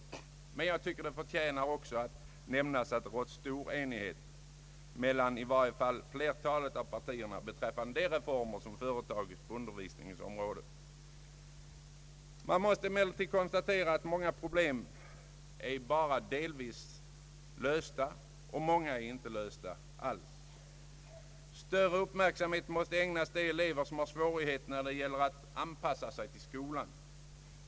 Men det förtjänar också att nämnas att det har rått stor enighet mellan i varje fall flertalet av partierna beträffande de reformer som har företagits på undervisningens område. Det måste emellertid också konstateras, att många problem bara delvis är lösta och att många alls inte är lösta ännu. Större uppmärksamhet måste ägnas de elever som har svårigheter när det gäller att anpassa sig till skolan.